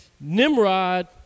Nimrod